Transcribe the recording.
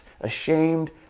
ashamed